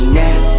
now